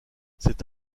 c’est